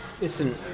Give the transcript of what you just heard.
Listen